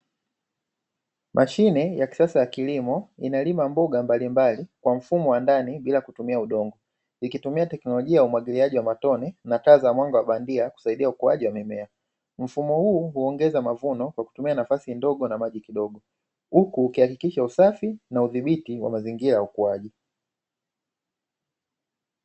Mashine ya kisasa ya kilimo inalima mboga mbalimbali kwa mfumo wa ndani bila kutumia udongo. Ikitumia teknolojia ya umwagiliaji wa matone na taa za mwanga bandia kusaidia ukuaji wa mimea. Mfumo huu huongeza mavuno kwa kutumia nafasi ndogo na maji kidogo, huku ukihakikisha usafi na udhibiti wa mazingira ya ukuaji.